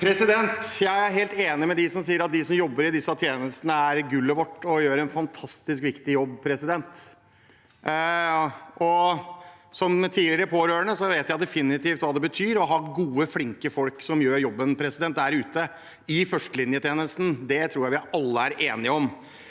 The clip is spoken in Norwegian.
Jeg er helt enig med dem som sier at de som jobber i disse tjenestene, er gullet vårt og gjør en fantastisk viktig jobb. Som tidligere pårørende vet jeg definitivt hva det betyr å ha gode, flinke folk som gjør jobben der ute i førstelinjetjenesten. Det tror jeg vi alle er enige om.